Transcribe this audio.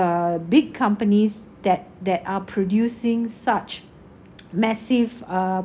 uh big companies that that are producing such massive uh